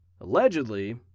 Allegedly